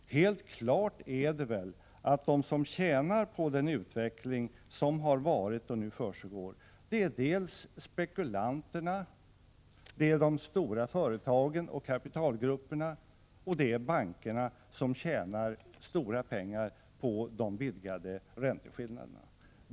Helt klart är ju att de som tjänar på den utveckling som har varit och som nu försiggår är spekulanterna, de stora företagen och kapitalägarna och bankerna, som tjänar stora pengar på de vidgade ränteskillnaderna.